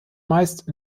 meist